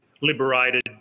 liberated